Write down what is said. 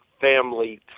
family